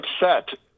upset